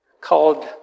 called